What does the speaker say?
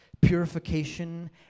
purification